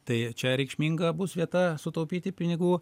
tai čia reikšminga bus vieta sutaupyti pinigų